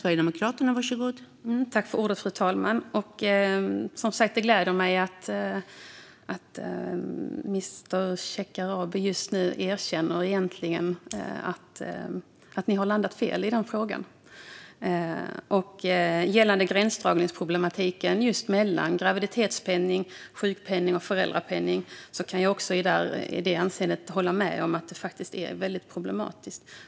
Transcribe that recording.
Fru talman! Det gläder mig som sagt att statsrådet Shekarabi nu erkänner att ni har landat fel i denna fråga. Gällande gränsdragningen mellan graviditetspenning, sjukpenning och föräldrapenning kan jag hålla med om att det är väldigt problematiskt.